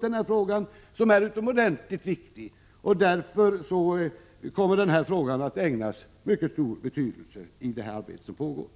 Den frågan är utomordentligt viktig, och därför kommer den att ägnas mycket stor uppmärksamhet i det arbete som pågår.